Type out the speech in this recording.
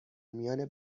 میان